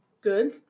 Good